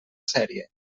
sèrie